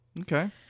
Okay